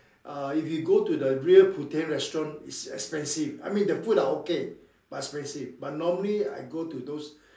uh if you go to the real Putien restaurant is expensive I mean the food are okay but expensive but normally I go to those